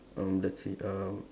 um let's see uh